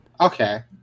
Okay